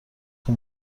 تون